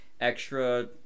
extra